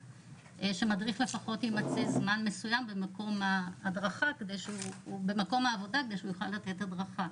שמדריך לפחות יימצא זמן מסוים במקום העבודה כדי שהוא יוכל לתת הדרכה.